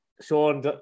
Sean